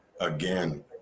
again